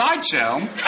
Sideshow